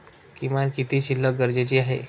किमान किती शिल्लक गरजेची आहे?